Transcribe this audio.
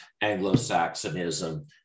Anglo-Saxonism